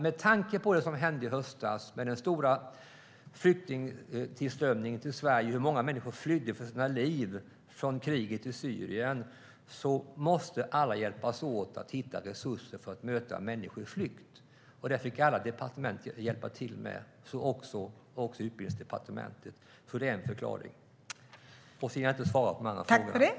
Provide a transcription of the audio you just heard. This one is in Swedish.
Med tanke på vad som hände i höstas med den stora flyktingtillströmningen till Sverige och hur många människor som flydde för sina liv från kriget i Syrien måste alla hjälpas åt för att hitta resurser för att möta dessa människor på flykt. Därför fick alla departementet hjälpa till, också utbildningsdepartementet. Det är en förklaring. Sedan hinner jag inte svara på den andra frågan.